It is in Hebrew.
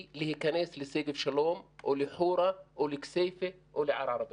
להיכנס לשגב שלום או לחורה או לכסייפה או לערערה בנגב.